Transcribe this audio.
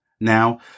now